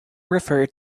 referred